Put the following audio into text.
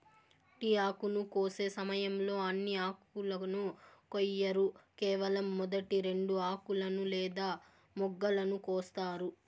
tea ఆకును కోసే సమయంలో అన్ని ఆకులను కొయ్యరు కేవలం మొదటి రెండు ఆకులను లేదా మొగ్గలను కోస్తారు